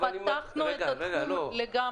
פתחנו את התחום לגמרי.